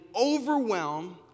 overwhelm